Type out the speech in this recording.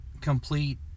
complete